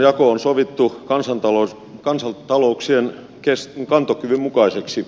vastuunjako on sovittu kansantalouksien kantokyvyn mukaiseksi